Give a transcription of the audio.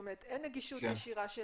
אין להם נגישות ישירה?